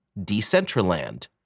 Decentraland